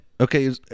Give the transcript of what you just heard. Okay